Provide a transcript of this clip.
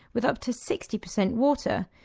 with up to sixty percent water,